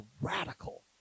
radical